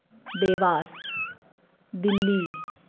Dewas Delhi